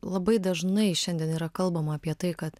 labai dažnai šiandien yra kalbama apie tai kad